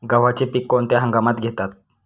गव्हाचे पीक कोणत्या हंगामात घेतात?